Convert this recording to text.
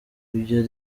ibyo